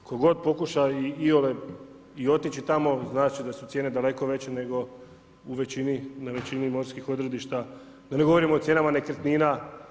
Tko god pokuša iole i otići tamo, znat će da su cijene daleko veće nego u većini, na većini morskih odredišta, da ne govorimo o cijenama nekretnina.